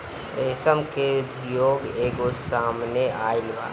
रेशम के उद्योग एगो बड़का उद्योग के रूप में सामने आइल बा